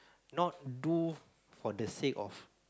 not do for the sake of